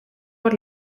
por